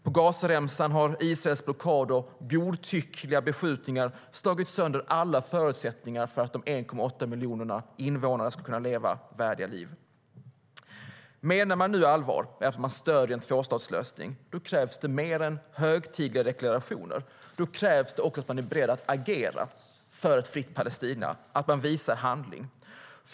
På Gazaremsan har Israels blockad och godtyckliga beskjutningar slagit sönder alla förutsättningar för att de 1,8 miljonerna invånare ska kunna leva värdiga liv. Menar man allvar med att man stöder en tvåstatslösning krävs det mer än högtidliga deklarationer. Det krävs också att man är beredd att agera för ett fritt Palestina, att man visar handling.